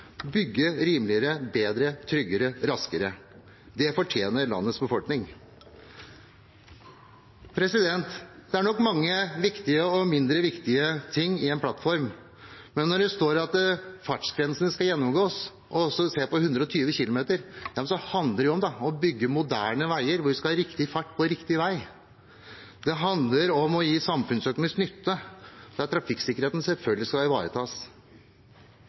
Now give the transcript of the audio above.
bygge rimeligere, bedre, tryggere og raskere. Det fortjener landets befolkning. Det er nok mange viktige og mindre viktige ting i en plattform. Men når det står at fartsgrensen skal gjennomgås, og at man skal se på fartsgrensen på 120 km/t, handler det om å bygge moderne veier, hvor det skal være riktig fart på riktig vei. Det handler om å gi samfunnsøkonomisk nytte, der trafikksikkerheten selvfølgelig skal ivaretas.